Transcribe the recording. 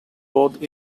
both